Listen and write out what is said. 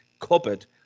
cupboard